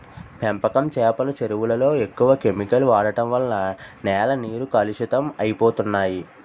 పెంపకం చేపల చెరువులలో ఎక్కువ కెమికల్ వాడడం వలన నేల నీరు కలుషితం అయిపోతన్నాయి